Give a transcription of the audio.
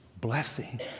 blessing